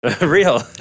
Real